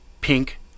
pink